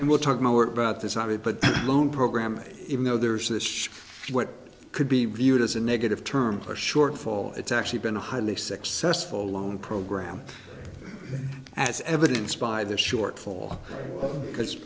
and we're talking a word about this not it but the loan program even though there's this what could be reviewed as a negative term for shortfall it's actually been a highly successful loan program as evidenced by the shortfall because